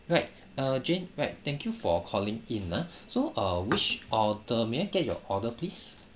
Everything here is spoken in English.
right uh jane right thank you for calling in ah so uh which order may I get your order please